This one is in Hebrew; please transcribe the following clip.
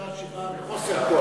זו בקשה שנובעת מחוסר כוח.